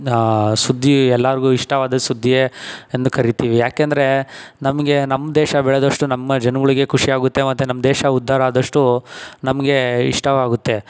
ಸುದ್ದಿ ಎಲ್ಲರಿಗೂ ಇಷ್ಟವಾದ ಸುದ್ದಿಯೇ ಎಂದು ಕರಿತೀವಿ ಯಾಕೆಂದರೆ ನಮಗೆ ನಮ್ಮ ದೇಶ ಬೆಳೆದಷ್ಟು ನಮ್ಮ ಜನಗಳಿಗೆ ಖುಷಿಯಾಗುತ್ತೆ ಮತ್ತು ನಮ್ಮ ದೇಶ ಉದ್ದಾರ ಆದಷ್ಟು ನಮಗೆ ಇಷ್ಟವಾಗುತ್ತೆ